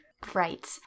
Great